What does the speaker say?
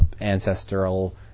ancestral –